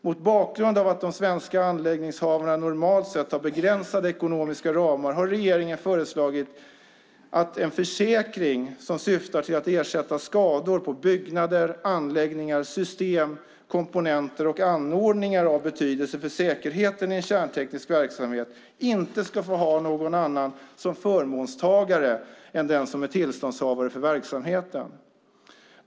Mot bakgrund av att de svenska anläggningshavarna normalt sett har begränsade ekonomiska ramar har regeringen föreslagit att en försäkring som syftar till att ersätta skador på byggnader, anläggningar, system, komponenter och anordningar av betydelse för säkerheten i kärnteknisk verksamhet inte ska få ha någon annan som förmånstagare än den som är tillståndshavare för verksamheten.